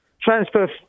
transfer